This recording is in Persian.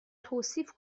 توصیف